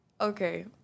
okay